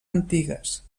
antigues